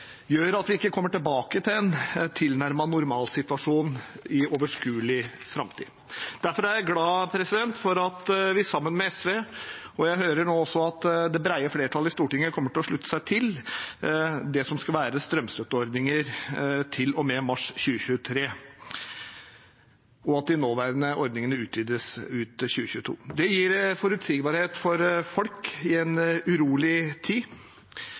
gjør at vi ikke kommer tilbake til en tilnærmet normalsituasjon i overskuelig framtid. Derfor er jeg glad for at vi sammen med SV – og jeg hører nå også at det brede flertallet i Stortinget kommer til å slutte seg til det – har kommet fram til det som skal være strømstøtteordninger til og med mars 2023, og at de nåværende ordningene utvides ut 2022. Det gir forutsigbarhet for folk i en